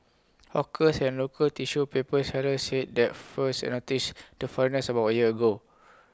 hawkers and local tissue paper sellers said that first they noticed the foreigners about A year ago